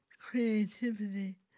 creativity